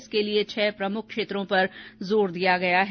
इसके लिए छह प्रमुख क्षेत्रों पर जोर दिया गया है